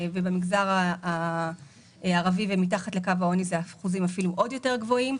ובמגזר הערבי ומתחת לקו העוני זה באחוזים אפילו עוד יותר גבוהים.